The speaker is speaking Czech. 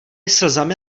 slzami